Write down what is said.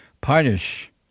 punish